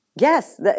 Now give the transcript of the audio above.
Yes